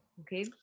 Okay